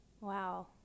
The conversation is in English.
Wow